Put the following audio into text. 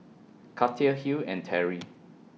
Katia Hill and Terry